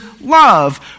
love